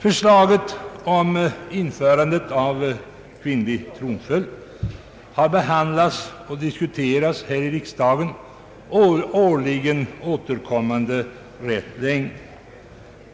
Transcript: Förslaget om införande av kvinnlig tronföljd har behandlats och diskuterats här i riksdagen årligen under ganska lång tid.